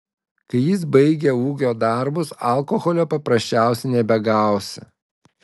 kai jis baigia ūkio darbus alkoholio paprasčiausiai nebegausi